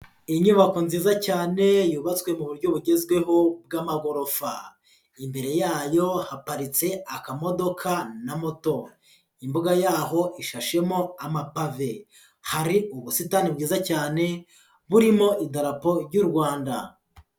Inyubako nziza cyane yubatswe mu buryo bugezweho bw'amagorofa. Imbere yayo haparitse akamodoka na moto. Imbuga yaho ishashemo amapave. Hari ubusitani bwiza cyane burimo idarapo ry'u Rwanda.